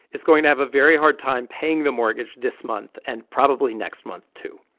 is going to have a very hard time paying the mortgage this month and probably next month, too.